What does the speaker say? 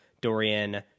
Dorian